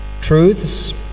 truths